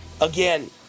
again